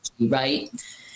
right